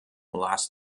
last